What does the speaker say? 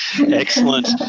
Excellent